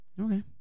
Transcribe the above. Okay